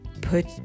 Put